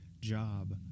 job